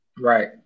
Right